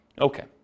Okay